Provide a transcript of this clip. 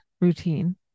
routine